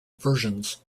versions